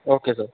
okay sir